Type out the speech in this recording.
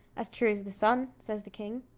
as true as the sun, says the king.